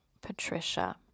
Patricia